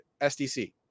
SDC